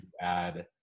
add